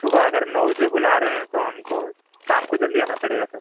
सुबह अगर नौ बजे बुला रहे हैं तो हमको शाम को जल्दी आना पड़ेगा तब